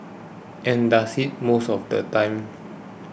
and does it most of the time